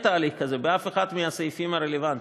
תהליך כזה באף אחד מהסעיפים הרלוונטיים.